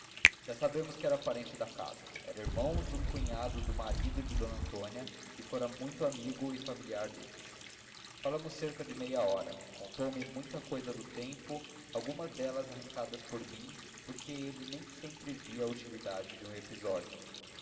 já sabemos que era parente da casa era irmão de um cunhado do marido de d antônia e fora muito amigo e familiar dele falamos cerca de meia hora contou-me muita cousa do tempo algumas delas arrancadas por mim porque ele nem sempre via a utilidade de um episódio